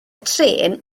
trên